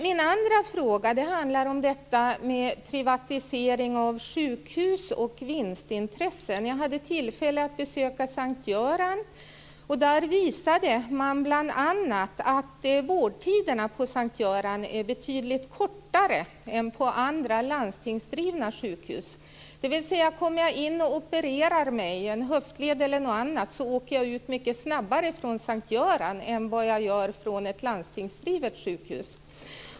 Min andra fråga handlar om detta med privatisering av sjukhus och vinstintressen. Jag hade tillfälle att besöka Sankt Göran. Där visade man bl.a. att vårdtiderna på Sankt Göran är betydligt kortare än på andra landstingsdrivna sjukhus. Kommer jag in och opererar mig - en höftled eller något annat - åker jag ut mycket snabbare från Sankt Göran än vad jag gör från ett landstingsdrivet sjukhus.